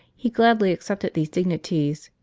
he gladly accepted these dignities.